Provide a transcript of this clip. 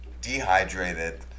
dehydrated